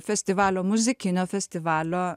festivalio muzikinio festivalio